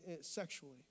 sexually